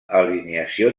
alineació